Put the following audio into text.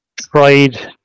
tried